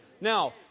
Now